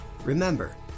Remember